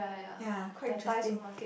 ya quite interesting